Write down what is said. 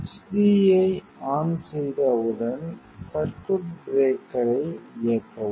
h d I on செய்தவுடன் circuit பிரேக்கரை இயக்கவும்